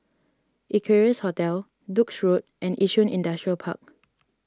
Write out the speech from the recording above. Equarius Hotel Duke's Road and Yishun Industrial Park